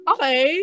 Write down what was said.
Okay